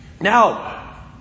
Now